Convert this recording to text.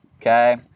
Okay